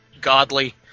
godly